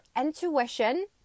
intuition